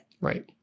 Right